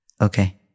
Okay